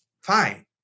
fine